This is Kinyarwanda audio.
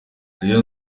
rayon